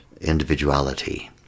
individuality